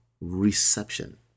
reception